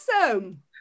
awesome